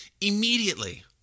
Immediately